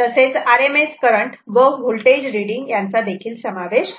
तसेच RMS current व voltage reading यांचादेखील समावेश आहे